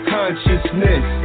consciousness